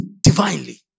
divinely